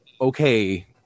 Okay